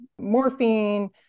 morphine